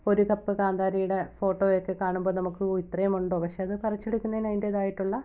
ഒരു കപ്പ് കാന്താരിയുടെ ഫോട്ടോ ഒക്കെ കാണുമ്പോൾ നമുക്ക് ഓ ഇത്രയുമുണ്ടോ പക്ഷേ അത് പറിച്ചെടുക്കുന്നതിന് അതിൻറ്റേതായിട്ടുള്ള